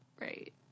Right